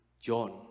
john